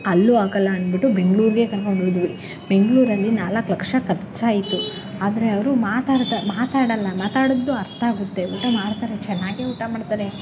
ಅಲ್ಲೂ ಆಗೋಲ್ಲ ಅಂದ್ಬಿಟ್ಟು ಬೆಂಗ್ಳೂರಿಗೆ ಕರ್ಕೊಂಡೋದ್ವಿ ಬೆಂಗಳೂರಲ್ಲಿ ನಾಲ್ಕು ಲಕ್ಷ ಖರ್ಚಾಯಿತು ಆದರೆ ಅವರು ಮಾತಾಡ್ತ ಮಾತಾಡಲ್ಲ ಮಾತಾಡಿದ್ದು ಅರ್ಥ ಆಗುತ್ತೆ ಊಟ ಮಾಡ್ತಾರೆ ಚೆನ್ನಾಗೆ ಊಟ ಮಾಡ್ತಾರೆ